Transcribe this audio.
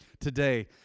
today